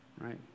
right